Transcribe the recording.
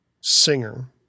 singer